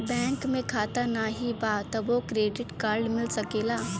Bank में खाता नाही बा तबो क्रेडिट कार्ड मिल सकेला?